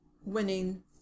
winning